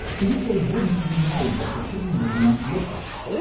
because they wouldn't even know, what the clean room must look like.